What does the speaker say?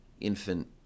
infant